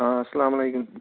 سلامُ علیکُم